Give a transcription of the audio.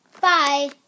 bye